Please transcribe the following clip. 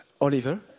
Oliver